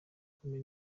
kumi